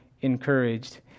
encouraged